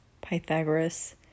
Pythagoras